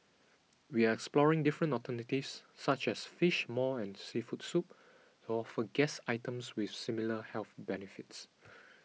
we are exploring different alternatives such as Fish Maw and seafood soup to offer guests items with similar health benefits